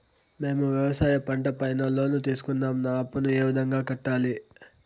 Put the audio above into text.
మేము వ్యవసాయ పంట పైన లోను తీసుకున్నాం నా అప్పును ఏ విధంగా కట్టాలి